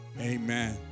Amen